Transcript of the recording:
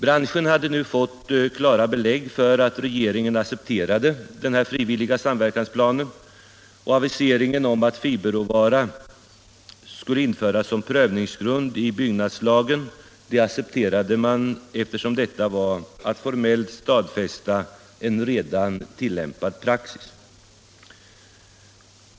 Branschen hade nu fått klara belägg för att regeringen accepterade den frivilliga samverkansplanen. Aviseringen om att fiberråvara skulle införas som prövningsgrund i byggnadslagen accepterades, eftersom detta var att formellt stadfästa en redan tillämpad praxis.